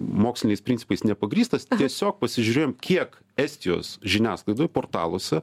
moksliniais principais nepagrįstas tiesiog pasižiūrėjom kiek estijos žiniasklaidoj portaluose